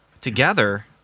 together